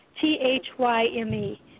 T-H-Y-M-E